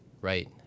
right